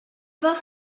was